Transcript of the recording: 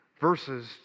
verses